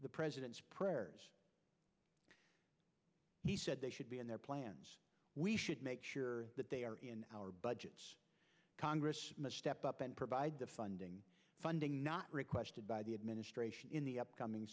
the president's prayer he said they should be in their plans we should make sure that they are in our budget congress step up and provide the funding funding not requested by the administration in the upcoming